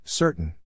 Certain